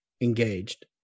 engaged